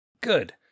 Good